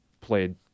played